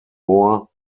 more